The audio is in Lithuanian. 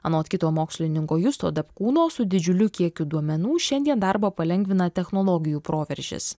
anot kito mokslininko justo dapkūno su didžiuliu kiekiu duomenų šiandien darbą palengvina technologijų proveržis